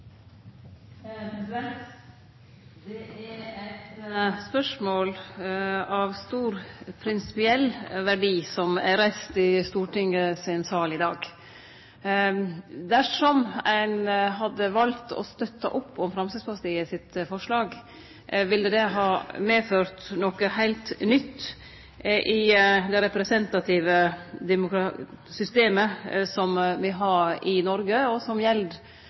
lokaldemokrati. Det er eit spørsmål av stor prinsipiell verdi som er reist i Stortingets sal i dag. Dersom ein hadde valt å stø opp om Framstegspartiets forslag, ville det ha medført noko heilt nytt i det representative systemet me har i Noreg, som gjeld både på nasjonalt og lokalt plan, og som